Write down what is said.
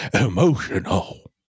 emotional